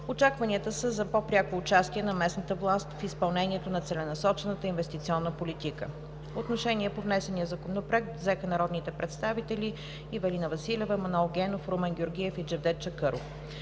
Очакванията са за по-пряко участие на местната власт в изпълнението на целенасочената инвестиционна политика. Отношение по внесения законопроект взеха народните представители Ивелина Василева, Манол Генов, Румен Георгиев и Джевдет Чакъров.